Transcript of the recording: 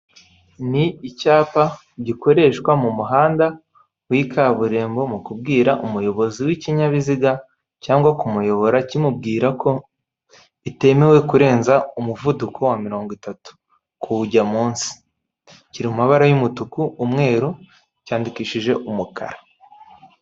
Urupapuro rw'umweru rwanditseho amagambo mu ibara ry'umukara amazina n'imibare yanditseho mu rurimi rw'icyongereza n'ifite amabara y'imituku.